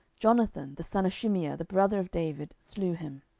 jonathan the son of shimeah the brother of david slew him.